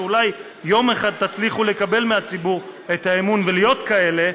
שאולי יום אחד תצליחו לקבל מהציבור את האמון ולהיות כאלה,